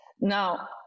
Now